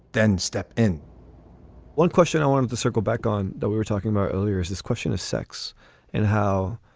then step in one question i want to circle back on that we were talking about earlier is this question of sex and how,